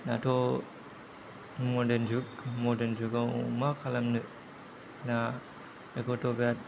दाथ' मर्डान जुग मर्डान जुगाव मा खालामनो दा बेखौथ' बेराद